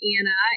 Anna